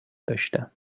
داشتم